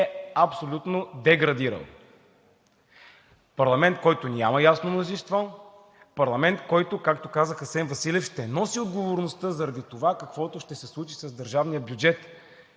е абсолютно деградирал. Парламент, който няма ясно мнозинство! Парламент, който, както каза Асен Василев, ще носи отговорността за това какво ще се случи с държавния бюджет.